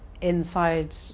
inside